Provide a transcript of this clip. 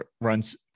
runs